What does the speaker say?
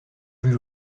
juge